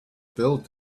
build